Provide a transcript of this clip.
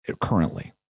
currently